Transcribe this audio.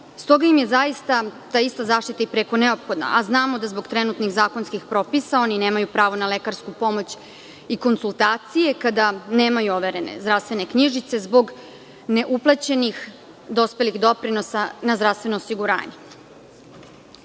toga im je zaista ta ista zaštita preko neophodna. Znamo da zbog trenutnih zakonskih propisa oni nemaju pravo na lekarsku pomoć i konsultacije kada nemaju overene zdravstvene knjižice zbog neuplaćenih dospelih doprinosa na zdravstveno osiguranje. Država